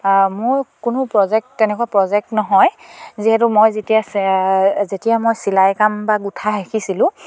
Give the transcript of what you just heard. মোৰ কোনো প্ৰজেক্ট তেনেকুৱা প্ৰজেক্ট নহয় যিহেতু মই যেতিয়া যেতিয়া মই চিলাই কাম বা গোঠা শিকিছিলোঁ